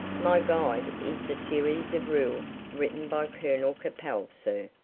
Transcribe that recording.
my guide is the series of rules written by colonel capel, sir,